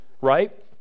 right